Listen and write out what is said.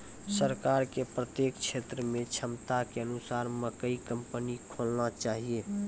सरकार के प्रत्येक क्षेत्र मे क्षमता के अनुसार मकई कंपनी खोलना चाहिए?